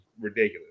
ridiculous